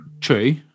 True